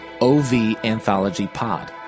OVAnthologyPod